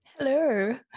Hello